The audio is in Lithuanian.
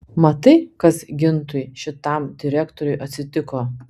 matai kas gintui šitam direktoriui atsitiko